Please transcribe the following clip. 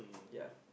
ya